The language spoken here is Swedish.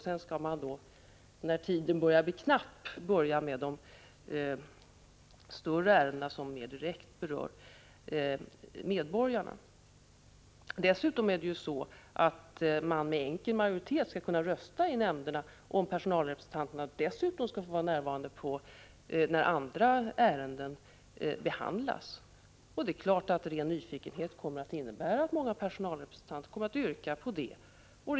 Sedan skall man, när tiden börjar bli knapp, ta upp de större ärenden som mera direkt berör medborgarna. Dessutom skall man med enkel majoritet kunna rösta i nämnderna om huruvida personalrepresentanterna också skall få vara närvarande när andra ärenden behandlas. Det är klart att ren nyfikenhet kommer att innebära att många personalrepresentanter kommer att yrka på detta.